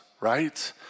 right